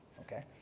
Okay